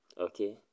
Okay